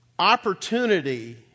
opportunity